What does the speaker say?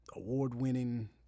award-winning